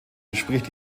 entspricht